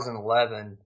2011